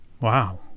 wow